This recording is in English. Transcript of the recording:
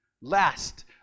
Last